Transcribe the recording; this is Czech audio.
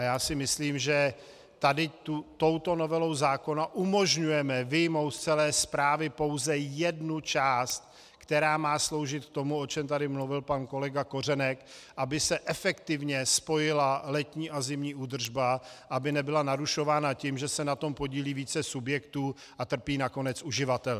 Já si myslím, že touto novelou zákona umožňujeme vyjmout z celé správy pouze jednu část, která má sloužit k tomu, o čem tady mluvil pan kolega Kořenek, aby se efektivně spojila letní a zimní údržba, aby nebyla narušována tím, že se na tom podílí více subjektů a trpí nakonec uživatel.